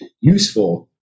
useful